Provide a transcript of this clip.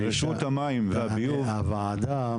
הוועדה,